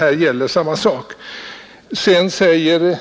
Jag vill inte gå in i någon polemik, men